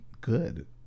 good